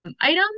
item